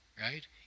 Right